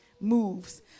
moves